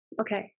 Okay